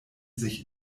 sich